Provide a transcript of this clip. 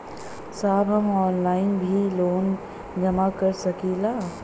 साहब हम ऑनलाइन भी लोन जमा कर सकीला?